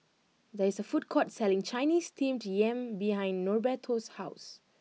there is a food court selling Chinese Steamed Yam behind Norberto's house